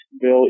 Bill